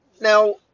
now